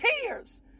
tears